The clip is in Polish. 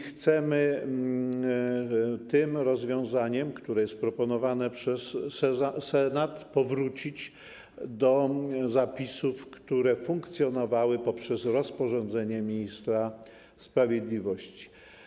Chcemy tym rozwiązaniem, które jest proponowane przez Senat, powrócić do zapisów, które funkcjonowały poprzez rozporządzenie ministra sprawiedliwości.